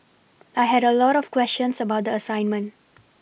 I had a lot of questions about the assignment